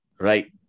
Right